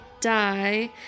die